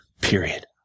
Period